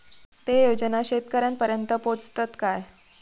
ते योजना शेतकऱ्यानपर्यंत पोचतत काय?